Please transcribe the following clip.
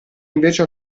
invece